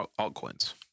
altcoins